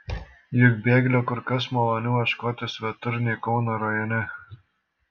juk bėglio kur kas maloniau ieškoti svetur nei kauno rajone